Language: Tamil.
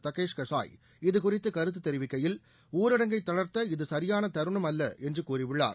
தகேஷ் கசாய் இது குறித்து கருத்துத் தெரிவிக்கையில் ஊரடங்கைத் தளர்த்த இது சரியான தருணம் அல்ல என்று கூறியுள்ளார்